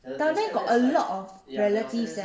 that one got a lot of relatives sia